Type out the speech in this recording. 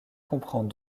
comprend